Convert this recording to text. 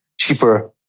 cheaper